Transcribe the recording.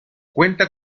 cuenta